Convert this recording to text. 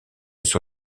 sur